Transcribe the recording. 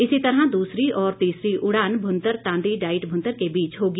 इसी तरह दूसरी और तीसरी उड़ान भूंतर तांदी डाईट भूंतर के बीच होगी